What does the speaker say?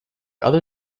other